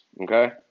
Okay